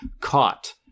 caught